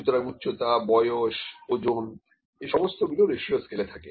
সুতরাং উচ্চতা বয়স তারপর ওজন এই সমস্ত গুলো রেশিও স্কেলে থাকে